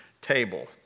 table